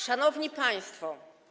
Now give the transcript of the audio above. Szanowni Państwo!